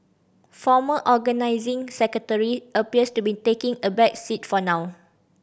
former Organising Secretary appears to be taking a back seat for now